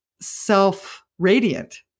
self-radiant